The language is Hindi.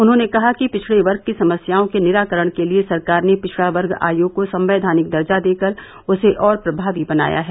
उन्होंने कहा कि पिछड़े वर्ग की समस्याओं के निराकरण के लिये सरकार ने पिछड़ा वर्ग आयोग को संवैधानिक दर्जा देकर उसे और प्रभावी बनाया है